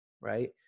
right